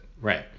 right